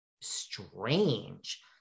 strange